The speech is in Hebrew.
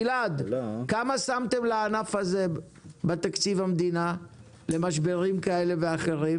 כמה שמתם לענף הזה בתקציב המדינה למשברים כאלה ואחרים?